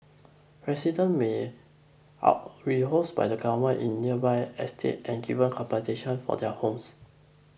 residents me are rehoused by the government in nearby estates and given compensation for their homes